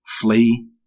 Flee